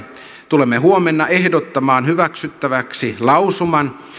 tulemme huomenna ehdottamaan hyväksyttäväksi lausuman